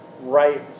right